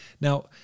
Now